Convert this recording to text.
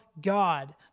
God